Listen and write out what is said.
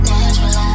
Natural